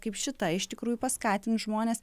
kaip šita iš tikrųjų paskatins žmones